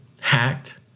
Hacked